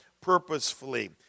purposefully